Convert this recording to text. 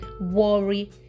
worry